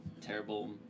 terrible